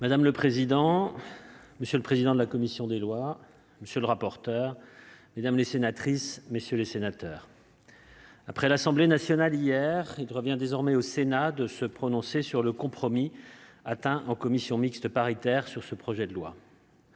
Madame le président, monsieur le président de la commission des lois, monsieur le rapporteur, mesdames, messieurs les sénateurs, après l'Assemblée nationale hier, il revient désormais au Sénat de se prononcer sur le compromis atteint en commission mixte paritaire sur ce projet de loi.